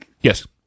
Yes